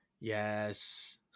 Yes